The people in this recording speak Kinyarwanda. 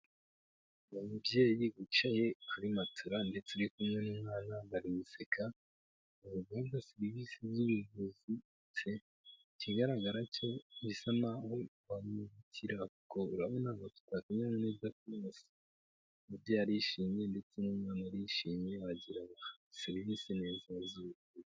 Umubyeyi wicaye kuri matora ndetse ari kumwe n'umwana bariguseka. Bari guhabwa serivisi z'ubuvuzi, ndetse ikigaragara cyo bisa naho bafite icyizere cyo gukira, kuko umubyeyi arishimye ndetse n'umwana arishimye. Bahawe serivisi nziza z'ubuvuzi.